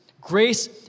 grace